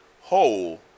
whole